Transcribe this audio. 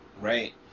right